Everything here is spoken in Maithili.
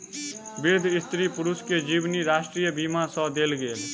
वृद्ध स्त्री पुरुष के जीवनी राष्ट्रीय बीमा सँ देल गेल